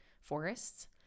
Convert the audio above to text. forests